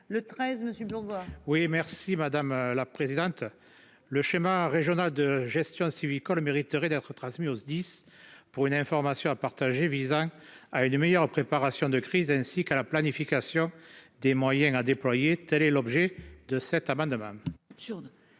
monsieur, bonsoir. Oui merci madame la présidente. Le schéma régional de gestion sylvicole mériterait d'être transmis au SDIS pour une information à partager visant à une meilleure préparation de crise ainsi qu'à la planification des moyens à déployer, telle est l'objet de cet amendement. Sur.